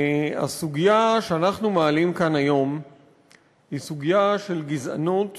הסוגיה שאנחנו מעלים כאן היום היא סוגיה של גזענות